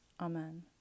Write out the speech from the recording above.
Amen